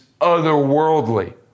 otherworldly